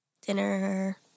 Dinner